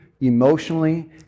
emotionally